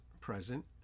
present